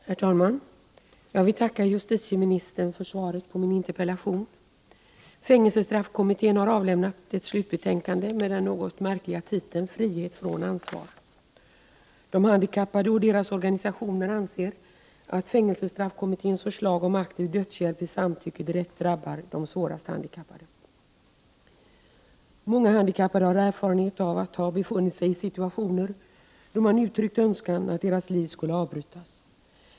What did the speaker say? Herr talman! Jag vill tacka justitieministern för svaret på min interpellation. Fängelsestraffkommittén har avlämnat ett slutbetänkande med den något märkliga titeln Frihet från ansvar. De handikappade och deras organisationer anser att fängelsestraffkommitténs förslag om aktiv dödshjälp vid samtycke direkt drabbar de svårast handikappade. Många handikappade har erfarenhet av att ha befunnit sig i situationer då de uttryckt önskan att deras liv skulle avbrytas.